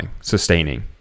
sustaining